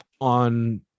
on